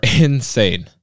insane